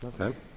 Okay